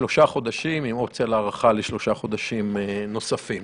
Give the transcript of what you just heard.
לשלושה חודשים עם אופציה להארכה לשלושה חודשים נוספים.